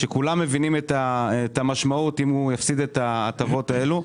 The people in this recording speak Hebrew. וכולם מבינים את המשמעות אם הוא יפסיד את ההטבות האלו.